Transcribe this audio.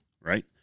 Right